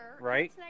Right